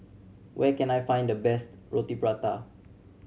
where can I find the best Roti Prata